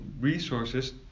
resources